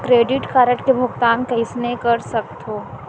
Credit card के भुगतान कईसने कर सकथो?